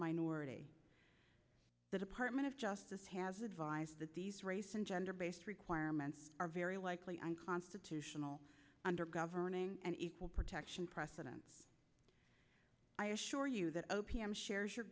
minority the department of justice has advised that these race and gender based requirements are very likely unconstitutional under governing and equal protection precedents i assure you that o p m shares your